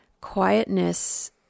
quietness